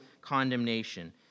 condemnation